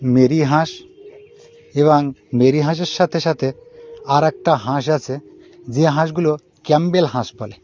Mary হাঁস এবং মেরি হাঁসের সাথে সাথে আরেকটা হাঁস আছে যে হাঁসগুলো ক্যাম্পবেল হাঁস বলে